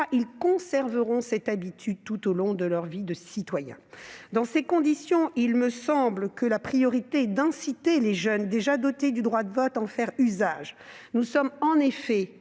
ils conserveront cette habitude tout au long de leur vie de citoyen. Dans ces conditions, il me semble que la priorité est d'inciter les jeunes déjà dotés du droit de vote à en faire usage. Nous sommes en effet